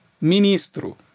Ministro